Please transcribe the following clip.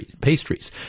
pastries